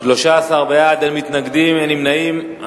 בעד, 13, אין מתנגדים ואין נמנעים.